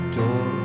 door